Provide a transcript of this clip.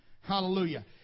Hallelujah